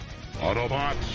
Autobots